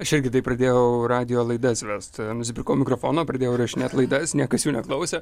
aš irgi taip pradėjau radijo laidas vest nusipirkau mikrofoną pradėjau įrašinėt laidas niekas jų neklausė